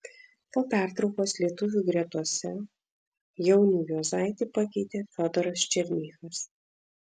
po pertraukos lietuvių gretose jaunių juozaitį pakeitė fiodoras černychas